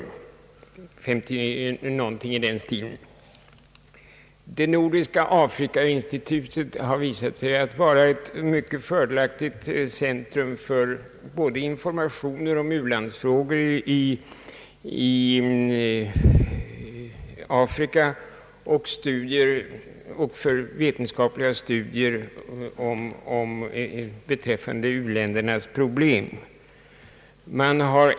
Nordiska afrikainstitutet har visat sig vara ett mycket fördelaktigt centrum för både informationer om u-landsfrågor i Afrika och vetenskapliga studier av u-ländernas problem.